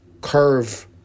curve